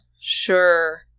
sure